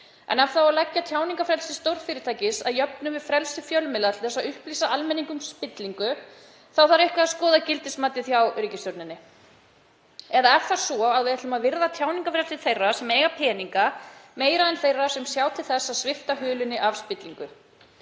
En ef það á að leggja tjáningarfrelsi stórfyrirtækis að jöfnu við frelsi fjölmiðla til að upplýsa almenning um spillingu þá þarf að skoða gildismatið hjá ríkisstjórninni. Eða er það svo að við ætlum að virða tjáningarfrelsi þeirra sem eiga peninga meira en þeirra sem svipta hulunni af spillingu?